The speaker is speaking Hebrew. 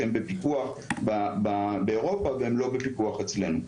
שהם בפיקוח באירופה והם לא בפיקוח אצלנו.